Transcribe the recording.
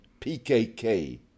PKK